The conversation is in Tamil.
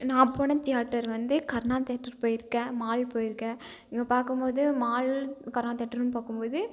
நான் போன தியேட்டர் வந்து கர்ணா தேயேட்ரு போயிருக்கேன் மால் போயிருக்கேன் இங்கே பார்க்கும்போது மால் கர்ணா தேயேட்ருன்னு பார்க்கும்போது